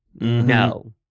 No